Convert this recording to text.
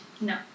No